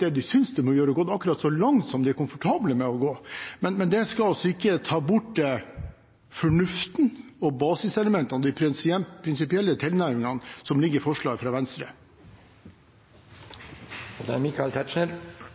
det de synes de må gjøre, og gått akkurat så langt som de er komfortable med å gå, men det skal ikke ta bort fornuften og basiselementene, den prinsipielle tilnærmingen, som ligger i forslaget fra Venstre. Jeg må si at innstillingen fra presidentskapet følger opp det som etter min vurdering er